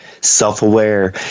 self-aware